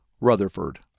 Rutherford